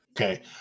Okay